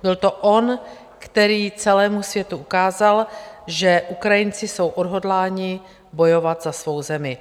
Byl to on, který celému světu ukázal, že Ukrajinci jsou odhodláni bojovat za svou zemi.